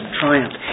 triumph